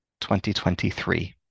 2023